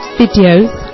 videos